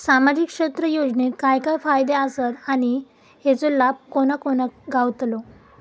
सामजिक क्षेत्र योजनेत काय काय फायदे आसत आणि हेचो लाभ कोणा कोणाक गावतलो?